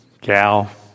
gal